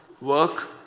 work